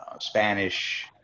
Spanish